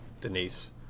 Denise